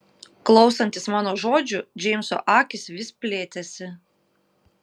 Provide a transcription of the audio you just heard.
klausantis mano žodžių džeimso akys vis plėtėsi